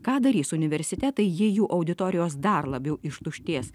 ką darys universitetai jei jų auditorijos dar labiau ištuštės